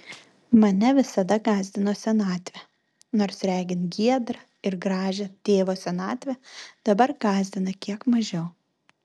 mane visada gąsdino senatvė nors regint giedrą ir gražią tėvo senatvę dabar gąsdina kiek mažiau